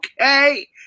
okay